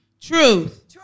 Truth